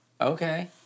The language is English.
Okay